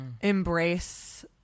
embrace